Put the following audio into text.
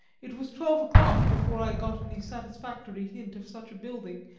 it was twelve o'clock before i got any satisfactory hint of such a building,